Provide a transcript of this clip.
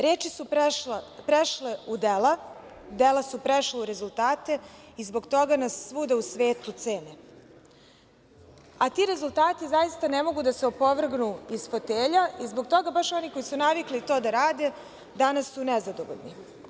Reči su prešle u dela, dela su prešla u rezultate i zbog toga nas svuda u svetu cene, a ti rezultati zaista ne mogu da se opovrgnu iz fotelja i zbog toga baš oni koji su navikli to da rade danas su nezadovoljni.